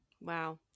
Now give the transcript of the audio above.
Wow